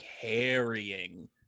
carrying